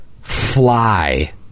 fly